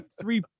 three